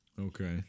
Okay